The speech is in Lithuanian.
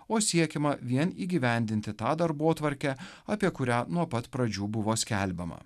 o siekiama vien įgyvendinti tą darbotvarkę apie kurią nuo pat pradžių buvo skelbiama